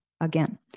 Again